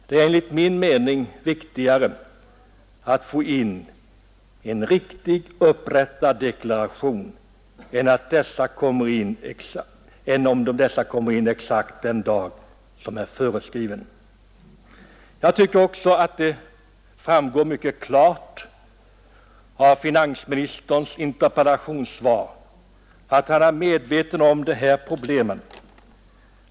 Det är enligt min mening viktigare att få in riktigt upprättade deklarationer än att dessa kommer in exakt den dag som är föreskriven. Jag tycker också att det framgår mycket klart av finansministerns interpellationssvar, att han är medveten om dessa problem.